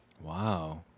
Wow